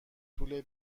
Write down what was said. طول